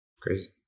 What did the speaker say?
crazy